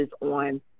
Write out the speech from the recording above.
on